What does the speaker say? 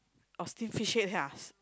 or steam fish head ah